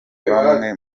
bamwe